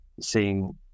seeing